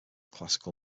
classical